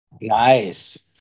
Nice